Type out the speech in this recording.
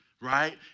right